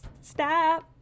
stop